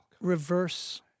reverse